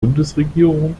bundesregierung